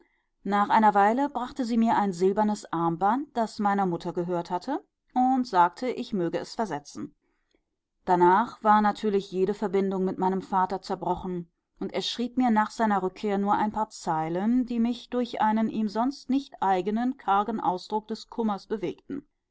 nach einer weile brachte sie mir ein silbernes armband das meiner mutter gehört hatte und sagte ich möge es versetzen danach war natürlich jede verbindung mit meinem vater zerbrochen und er schrieb mir nach seiner rückkehr nur ein paar zeilen die mich durch einen ihm sonst nicht eigenen kargen ausdruck des kummers bewegten